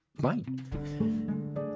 fine